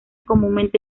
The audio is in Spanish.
comúnmente